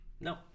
No